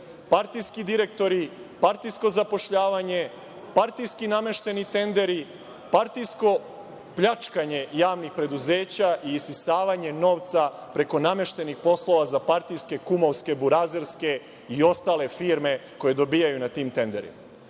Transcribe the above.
Partijski direktori, partijsko zapošljavanje, partijski namešteni tenderi, partijsko pljačkanje javnih preduzeća i isisavanje novca preko nameštenih poslova za partijske, kumovske, burazerske i ostale firme koje dobijaju na tim tenderima.